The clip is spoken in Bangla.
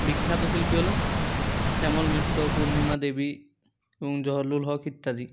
বিখ্যাত শিল্পী হলেন শ্যামল মিত্র পূর্ণিমা দেবী জহরলুল হক ইত্যাদি